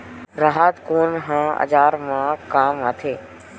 राहत कोन ह औजार मा काम आथे?